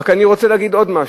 אני רוצה להגיד עוד משהו.